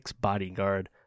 Bodyguard